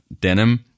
denim